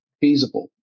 feasible